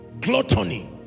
gluttony